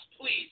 please